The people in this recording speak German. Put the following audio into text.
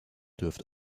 dürft